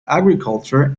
agriculture